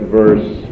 verse